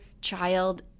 child